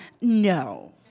No